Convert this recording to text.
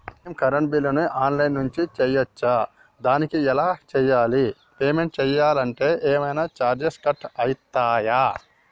మేము కరెంటు బిల్లును online నుంచి చేయచ్చా? దానికి ఎలా చేయాలి? పేమెంట్ చేయాలంటే ఏమైనా చార్జెస్ కట్ అయితయా?